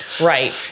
Right